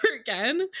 again